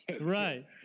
Right